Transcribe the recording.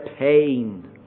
pain